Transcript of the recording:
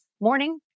Morning